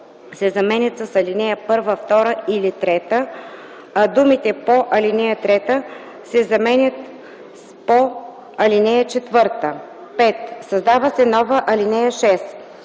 Създава се нова ал. 6: